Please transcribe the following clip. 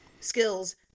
skills